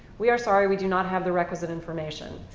we are sorry, we do not have the requisite information.